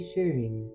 sharing